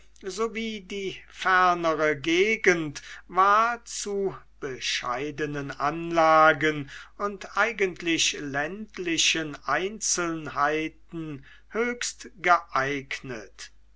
wie die fernere gegend war zu bescheidenen anlagen und eigentlich ländlichen einzelnheiten höchst geeignet